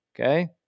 Okay